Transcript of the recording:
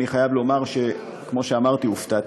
אני חייב לומר, כמו שאמרתי, שהופתעתי.